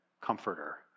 comforter